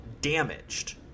damaged